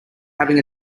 having